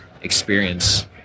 experience